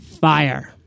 FIRE